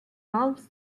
alms